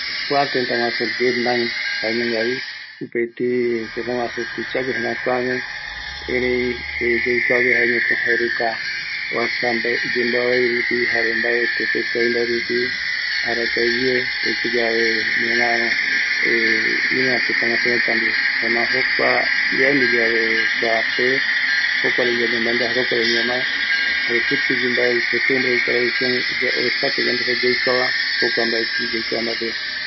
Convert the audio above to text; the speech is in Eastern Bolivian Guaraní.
kuaq tëtä guaju Vietnan, jaenungavi mopëti tëtä guaju tuisagueva, jerakuagueva, erei yaikuague jaeñoko jaereta jeta oasa yemboavairupi, jare mbae teko kavi mbaerupi, arakae guie oikoyave ñorärö ïruva tëtä guaju reta ndive, jaema yaendu yave kua te, jokuare yande maendua, jare jokuare ñamae, jare kutïgui mbae icostumbre itradicion oesaka yande yaikuava jokua mbaetï yaikua mbate. jaeko jërakua gueva, oiko reta yemboavai rupi, ñorärö iru tëtä reta ndive, kuapeguaretako jae guɨnoi iporomboete familia reta ndie jare taɨkuegua reta ndie jae jokua ma guɨnoi retavano jare jaerete imusica arte marciales jare arte lakau jae jokuape jaereta ma jaereta omboete jare jukurai jaereta yogɨreko